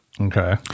Okay